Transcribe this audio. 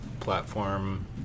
platform